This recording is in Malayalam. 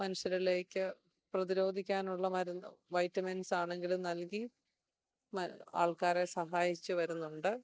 മനുഷ്യരിലേക്ക് പ്രതിരോധിക്കാനുള്ള മരുന്ന് വൈറ്റമിൻസ് ആണെങ്കിലും നൽകി ആൾക്കാരെ സഹായിച്ചു വരുന്നുണ്ട്